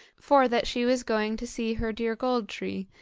for that she was going to see her dear gold-tree,